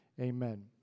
Amen